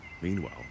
Meanwhile